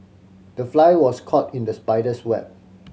the fly was caught in the spider's web